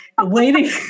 waiting